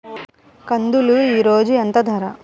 కందులు ఈరోజు ఎంత ధర?